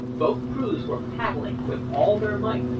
both crews were paddling with all their might,